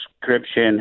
description